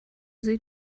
sie